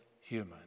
human